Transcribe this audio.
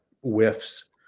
whiffs